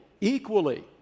equally